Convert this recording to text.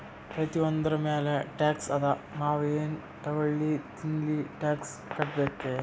ಪ್ರತಿಯೊಂದ್ರ ಮ್ಯಾಲ ಟ್ಯಾಕ್ಸ್ ಅದಾ, ನಾವ್ ಎನ್ ತಗೊಲ್ಲಿ ತಿನ್ಲಿ ಟ್ಯಾಕ್ಸ್ ಕಟ್ಬೇಕೆ